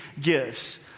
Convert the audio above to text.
gifts